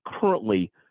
currently